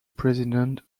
president